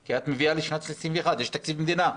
כי את מביאה לשנת 2021. יש תקציב מדינה.